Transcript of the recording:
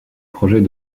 projet